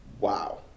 wow